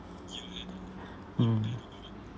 mm